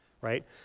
right